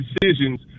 decisions